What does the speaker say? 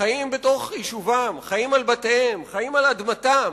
חיים בתוך יישובם, חיים בבתיהם, חיים על אדמתם,